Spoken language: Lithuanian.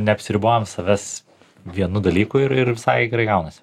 neapsiribojom savęs vienu dalyku ir ir visai gerai gaunasi